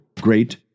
great